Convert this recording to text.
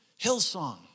Hillsong